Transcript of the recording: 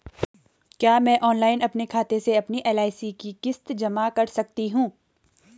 क्या मैं ऑनलाइन अपने खाते से अपनी एल.आई.सी की किश्त जमा कर सकती हूँ?